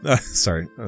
sorry